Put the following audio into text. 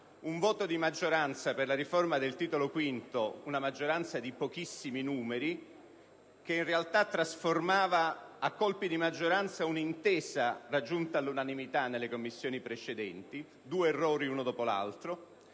un voto di maggioranza per la riforma del Titolo V della Costituzione, una maggioranza di pochissimi numeri che in realtà trasformava - appunto a colpi di maggioranza - un'intesa raggiunta all'unanimità nelle Commissioni precedenti (due errori uno dopo l'altro),